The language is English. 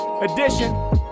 edition